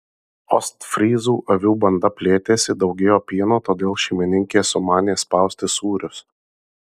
ostfryzų avių banda plėtėsi daugėjo pieno todėl šeimininkė sumanė spausti sūrius